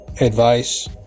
advice